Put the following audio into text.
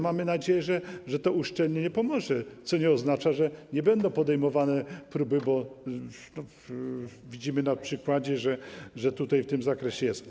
Mamy nadzieję, że to uszczelnienie pomoże, co nie oznacza, że nie będą podejmowane próby, bo widzimy na przykładzie, że w tym zakresie tak jest.